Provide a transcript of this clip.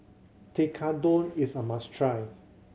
Tekkadon is a must try